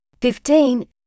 fifteen